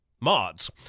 mods